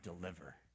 deliver